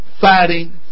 fighting